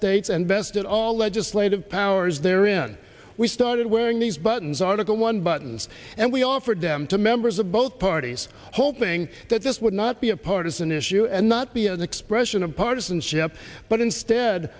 states and best of all legislative powers therein we started wearing these buttons article one buttons and we offered them to members of both parties hoping that this would not be a partisan issue and not be an expression of partisanship but instead